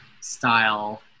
style